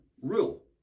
rule